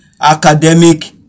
academic